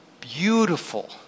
beautiful